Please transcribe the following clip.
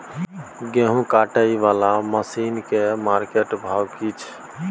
गेहूं कटाई वाला मसीन के मार्केट भाव की छै?